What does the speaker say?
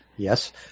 Yes